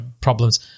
problems